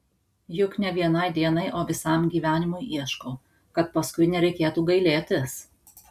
juk ne vienai dienai o visam gyvenimui ieškau kad paskui nereikėtų gailėtis